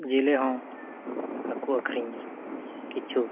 ᱡᱮᱞᱮᱦᱚᱸ ᱦᱟᱹᱠᱚ ᱟᱹᱠᱷᱨᱤᱧ ᱠᱤᱪᱷᱩ